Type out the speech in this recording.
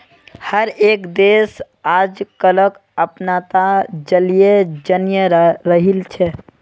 हर एक देश आजकलक अपनाता चलयें जन्य रहिल छे